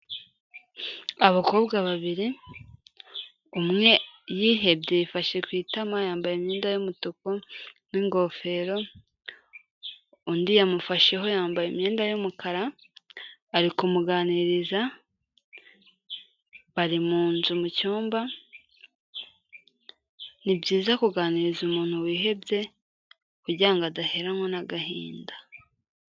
Abakobwa babiri umwe yihebye yifashe ku itama yambaye imyenda y'umutuku n'ingofero, undi yamufasheho yambaye imyenda y'umukara ari kumuganiriza, bari muzu mu cyumba ni byiza kuganiriza umuntu wihebye kugira ngo adaheranwa n'agahinda.